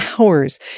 hours